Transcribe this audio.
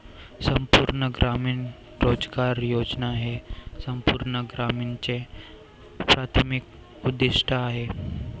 संपूर्ण ग्रामीण रोजगार योजना हे संपूर्ण ग्रामीणचे प्राथमिक उद्दीष्ट आहे